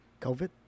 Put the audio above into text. COVID